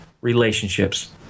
relationships